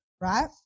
right